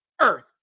earth